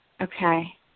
Okay